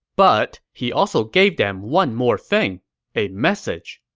but, he also gave them one more thing a message,